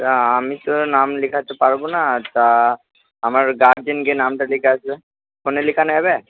তা আমি তো নাম লেখাতে পারব না তা আমার গার্জেন গিয়ে নামটা লিখিয়ে আসবে ফোনে লেখানো যাবে